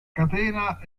catena